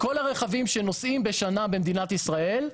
כל הרכבים שנוסעים בשנה במדינת ישראל,